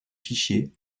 fichier